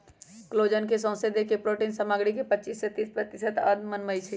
collagen सौसे देह के प्रोटिन सामग्री के पचिस से तीस प्रतिशत अंश बनबइ छइ